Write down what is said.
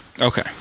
Okay